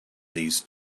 these